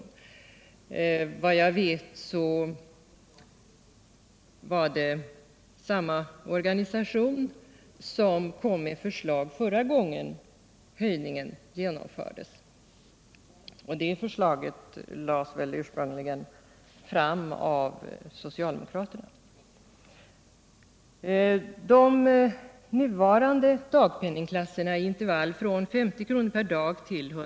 Så vitt jag vet var det samma organisation som kom med förslag förra gången det företogs en höjning.